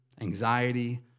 anxiety